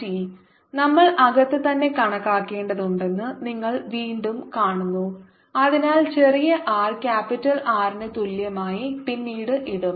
ItI0αt നമ്മൾ അകത്ത് തന്നെ കണക്കാക്കേണ്ടതുണ്ടെന്ന് നിങ്ങൾ വീണ്ടും കാണുന്നു അതിനാൽ ചെറിയ r ക്യാപിറ്റൽ R ന് തുല്യമായി പിന്നീട് ഇടും